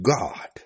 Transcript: God